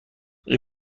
این